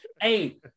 Hey